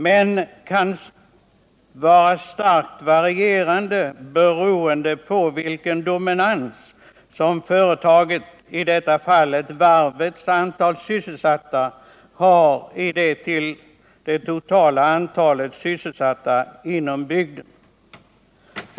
Men svårigheterna kan vara starkt varierande, beroende på vilken dominans som företagets — i detta fall varvets — antal sysselsatta har i förhållande till det totala antalet sysselsatta inom bygden.